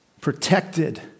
protected